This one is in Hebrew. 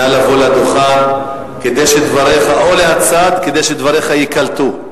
נא לבוא לדוכן או לצד, כדי שדבריך ייקלטו.